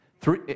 Three